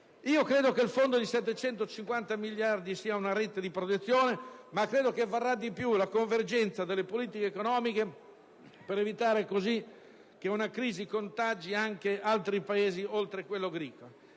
Penso che il fondo di 750 miliardi sia una rete di protezione, ma credo che varrà di più la convergenza delle politiche economiche, per evitare così che una crisi contagi anche altri Paesi oltre quello greco.